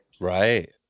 Right